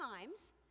times